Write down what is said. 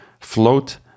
Float